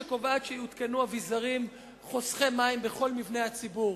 שקובעת שיותקנו אביזרים חוסכי מים בכל מבני הציבור.